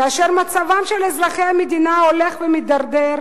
כאשר מצבם של אזרחי המדינה הולך ומידרדר,